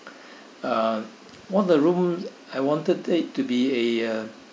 uh one of the room I wanted it to be a uh